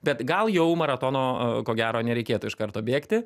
bet gal jau maratono ko gero nereikėtų iš karto bėgti